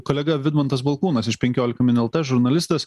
kolega vidmantas balkūnas iš penkiolika min lt žurnalistas